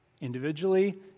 individually